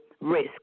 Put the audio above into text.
risk